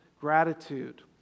gratitude